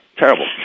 terrible